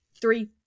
Three